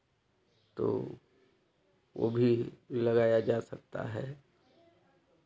तो वो भी लगाया जा सकता है